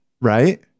Right